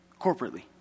Corporately